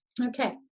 okay